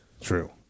True